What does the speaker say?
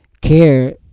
care